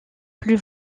plus